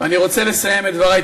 ואני רוצה לסיים את דברי.